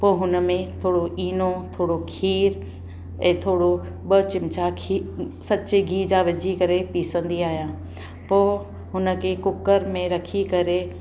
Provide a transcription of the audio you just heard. पोइ हुन में थोरो इनो थोरो खीर ऐं थोरो ॿ चिमिचा खी सचे गिह जा विझी करे पीसंदी आहियां पोइ हुन खे कुकर में रखी करे